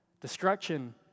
Destruction